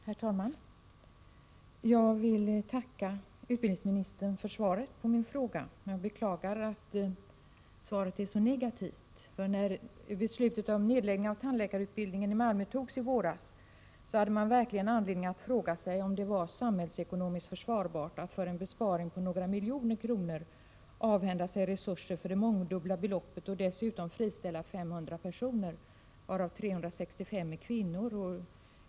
Herr talman! Jag tackar utbildningsministern för svaret på min fråga, men jag beklagar att svaret är så negativt. När beslutet om en nedläggning av tandläkarutbildningen i Malmö togs i våras hade man verkligen anledning att fråga sig om det var samhällsekonomiskt försvarbart att för en besparing på några miljoner kronor avhända sig resurser för ett mångdubbelt större belopp och att dessutom friställa 500 personer, av vilka 365 är kvinnor.